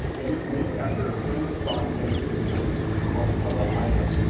and it's named after a famous spot in san francisco called hubba hideout.